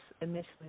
initially